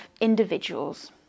individuals